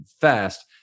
fast